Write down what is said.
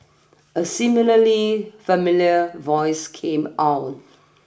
a similarly familiar voice came on